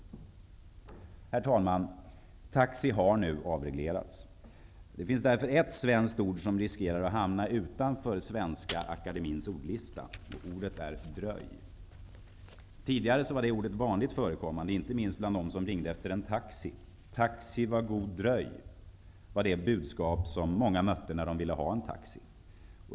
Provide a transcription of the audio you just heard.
Herr talman! Taxi har nu avreglerats. Det finns därför ett svenskt ord som riskerar att hamna utanför Svenska akademiens ordlista, och ordet är ''dröj''. Tidigare var det ordet vanligt förekommande, inte minst för dem som ringde efter en taxi. ''Taxi var god dröj'' var det budskap som många mötte när de ville ha en taxi.